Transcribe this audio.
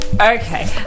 Okay